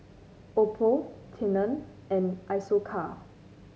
Oppo Tena and Isocal